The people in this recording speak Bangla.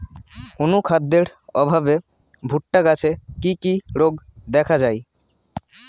অনুখাদ্যের অভাবে ভুট্টা গাছে কি কি রোগ দেখা যায়?